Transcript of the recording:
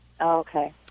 Okay